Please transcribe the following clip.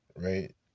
right